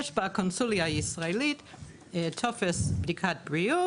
יש בקונסוליה הישראלית טופס בדיקת בריאות.